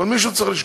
מישהו צריך לשקול.